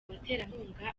baterankunga